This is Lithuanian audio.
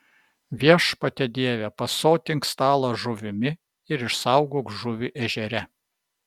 viešpatie dieve pasotink stalą žuvimi ir išsaugok žuvį ežere